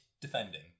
defending